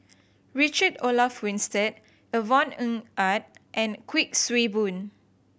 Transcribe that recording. Richard Olaf Winstedt Yvonne Ng Uhde and Kuik Swee Boon